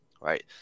right